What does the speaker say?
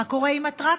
מה קורה עם אטרקציות?